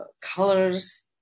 colors